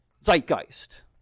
Zeitgeist